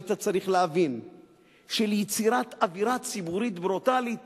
היית צריך להבין שליצירת אווירה ציבורית ברוטלית